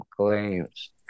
claims